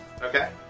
Okay